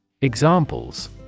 Examples